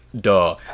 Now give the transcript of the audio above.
duh